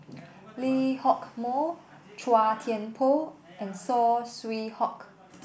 Lee Hock Moh Chua Thian Poh and Saw Swee Hock